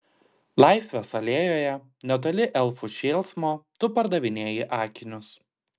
laisvės alėjoje netoli elfų šėlsmo tu pardavinėji akinius